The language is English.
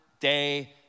day